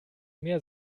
mehr